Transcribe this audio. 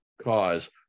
cause